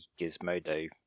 Gizmodo